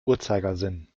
uhrzeigersinn